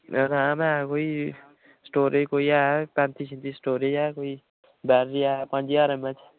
RAM ऐ कोई storage कोई ऐ पैंती छित्ती स्टोरेज ऐ कोई बैटरी ऐ पंज ज्हार एम एच